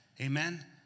Amen